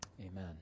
Amen